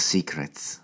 Secrets